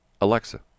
Alexa